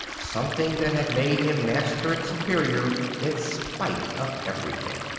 something that had made him master and superior in spite of everything.